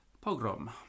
pogrom